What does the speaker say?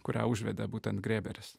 kurią užvedė būtent grėberis